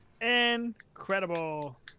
Incredible